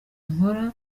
nkora